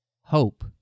hope